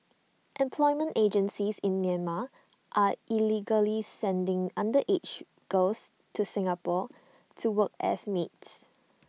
employment agencies in Myanmar are illegally sending underage girls to Singapore to work as maids